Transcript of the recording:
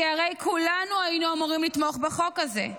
כי הרי כולנו היינו אמורים לתמוך בחוק הזה.